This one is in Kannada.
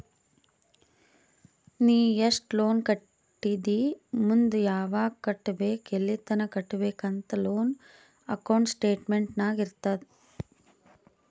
ನೀ ಎಸ್ಟ್ ಲೋನ್ ಕಟ್ಟಿದಿ ಮುಂದ್ ಯಾವಗ್ ಕಟ್ಟಬೇಕ್ ಎಲ್ಲಿತನ ಕಟ್ಟಬೇಕ ಅಂತ್ ಲೋನ್ ಅಕೌಂಟ್ ಸ್ಟೇಟ್ಮೆಂಟ್ ನಾಗ್ ಇರ್ತುದ್